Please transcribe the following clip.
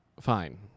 Fine